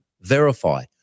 Verify